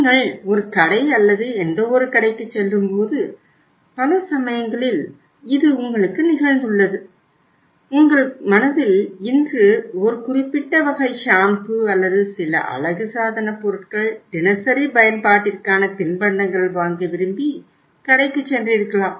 நீங்கள் ஒரு கடை அல்லது எந்தவொரு கடைக்குச் செல்லும்போது பல சமயங்களில் இது உங்களுக்கு நிகழ்ந்துள்ளது உங்கள் மனதில் இன்று ஒரு குறிப்பிட்ட வகை ஷாம்பூ அல்லது சில அழகுசாதன பொருட்கள் தினசரி பயன்பாட்டிற்கான தின்பண்டங்கள் வாங்க விரும்பி கடைக்கு சென்றிருக்கலாம்